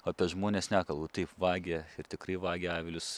o apie žmones nekalbu taip vagia ir tikrai vagia avilius